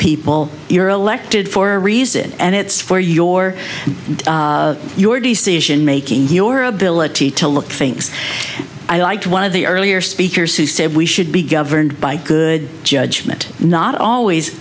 people elected for a reason and it's for your your decision making your ability to look things i like one of the earlier speakers who said we should be governed by good judgement not always